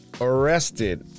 arrested